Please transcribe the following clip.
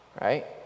Right